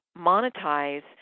monetize